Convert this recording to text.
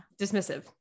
Dismissive